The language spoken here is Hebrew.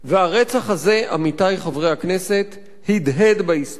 הרצח הזה, עמיתי חברי הכנסת, הדהד בהיסטוריה.